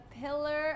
pillar